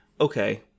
okay